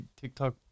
TikTok